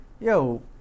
Yo